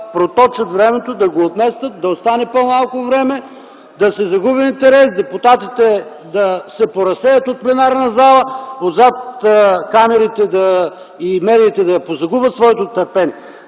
проточат времето, да го отместят, да остане по-малко време, да се загуби интерес, депутатите да се поразсеят от пленарната зала, камерите и медиите отзад да позагубят своето търпение.